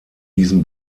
diesen